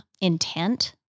intent